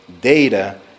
Data